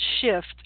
shift